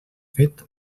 fet